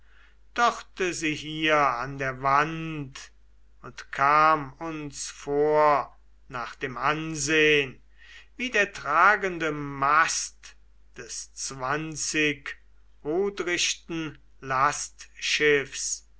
sie hier an der wand und kam uns vor nach dem ansehn wie der ragende mast des zwanzigrudrichten